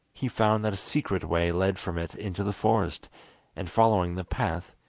he found that a secret way led from it into the forest and following the path,